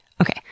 Okay